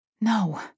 No